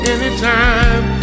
Anytime